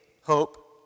hope